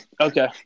okay